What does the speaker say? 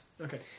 Okay